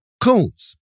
coons